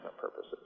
purposes